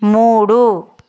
మూడు